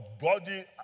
body